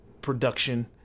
production